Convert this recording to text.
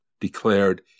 declared